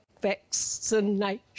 vaccination